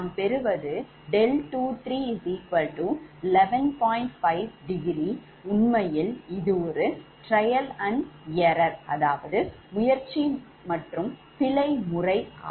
5° உண்மையில் இது ஒரு trial and error முயற்சி மற்றும் பிழைமுறை ஆகும்